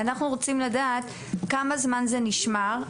אנחנו רוצים לדעת כמה זמן זה נשמר,